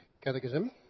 Catechism